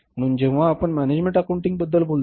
म्हणून जेव्हा आपण मॅनेजमेंट अकाउंटिंगबद्दल बोलता